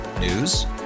News